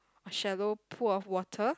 a shallow pool of water